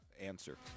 answer